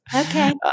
Okay